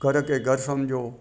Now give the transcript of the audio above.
घर खे घरु सम्झो